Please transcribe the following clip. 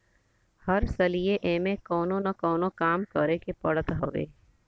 हर सलिए एमे कवनो न कवनो काम करे के पड़त हवे